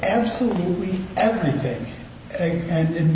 absolutely everything a and